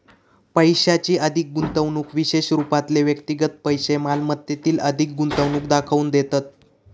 पैशाची अधिक गुंतवणूक विशेष रूपातले व्यक्तिगत पैशै मालमत्तेतील अधिक गुंतवणूक दाखवून देतत